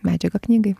medžiagą knygai